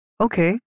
okay